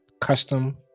custom